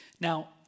Now